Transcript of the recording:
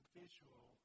visual